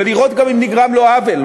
ולראות גם אם נגרם לו עוול,